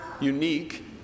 unique